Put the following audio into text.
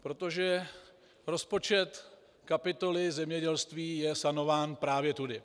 Protože rozpočet kapitoly zemědělství je sanován právě tudy.